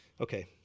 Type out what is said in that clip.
Okay